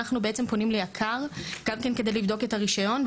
אנחנו בעצם פונים ליק"ר גם כן כדי לבדוק את הרישיון,